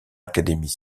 académies